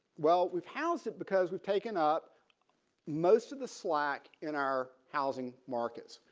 well we've housing because we've taken up most of the slack in our housing markets.